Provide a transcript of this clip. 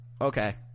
okay